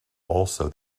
also